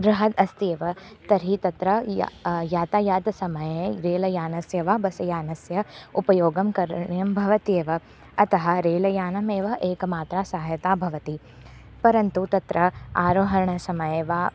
बृहद् अस्ति एव तर्हि तत्र य् यातायातसमये रेलयानस्य वा बस्यानस्य उपयोगं करणीयं भवति एव अतः रेल्यानमेव एकमात्रा सहायता भवति परन्तु तत्र आरोहणसमये वा